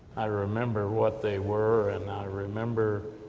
i remember what they were, and i remember